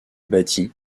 bâti